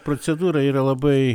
procedūra yra labai